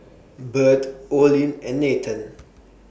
Bird Olin and Nathen